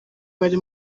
bari